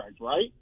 right